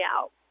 out